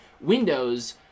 Windows